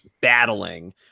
battling